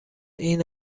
این